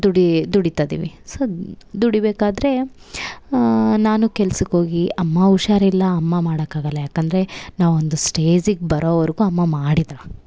ದುಡೀ ದುಡಿತಿದಿವಿ ಸೊ ದುಡಿಬೇಕಾದರೆ ನಾನು ಕೆಲ್ಸಕ್ಕೆ ಹೋಗಿ ಅಮ್ಮ ಹುಷಾರಿಲ್ಲ ಅಮ್ಮ ಮಾಡೋಕ್ಕಾಗಲ್ಲ ಯಾಕಂದರೆ ನಾವೊಂದು ಸ್ಟೇಜಿಗೆ ಬರೋವರೆಗು ಅಮ್ಮ ಮಾಡಿದಳು